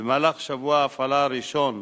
במהלך שבוע ההפעלה הראשון,